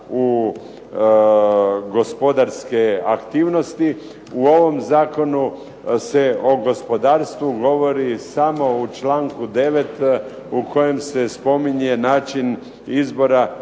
u gospodarske aktivnosti, u ovom Zakonu se o gospodarstvu govori samo u članku 9. u kojem se spominje način izbora